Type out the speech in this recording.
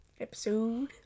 Episode